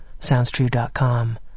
SoundsTrue.com